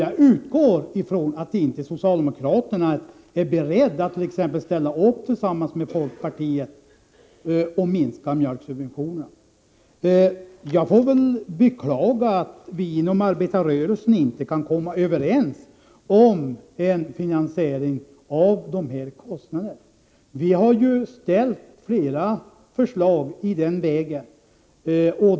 Jag utgår från att socialdemokraterna inte är beredda att t.ex. ställa upp tillsammans med folkpartiet och minska mjölksubventionerna. Jag får beklaga att vi inom arbetarrörelsen inte har kunnat komma överens om en finansiering av dessa kostnader. Vi har framställt flera förslag därvidlag.